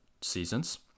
seasons